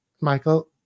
Michael